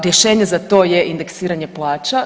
Rješenje za to je indeksiranje plaća.